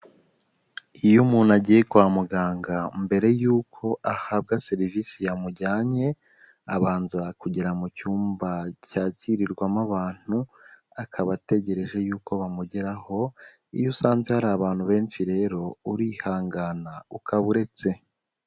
Iyo umuntu agiye kwa muganga, mbere y'uko ahabwa serivisi yamujyanye, abanza kugera mu cyumba cyakirirwamo abantu, akaba ategereje yuko bamugeraho. Iyo usanze hari abantu benshi rero, urihangana ukaba uretse.